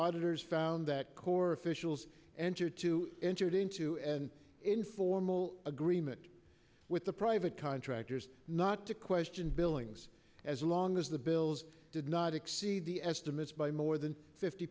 auditors found that core fishelson enter to entered into an informal agreement with the private contractors not to question billings as long as the bills did not exceed the estimates by more than fifty